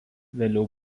vėliau